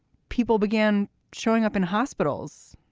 people began showing up in hospitals,